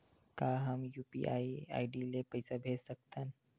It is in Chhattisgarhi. का हम यू.पी.आई आई.डी ले पईसा भेज सकथन?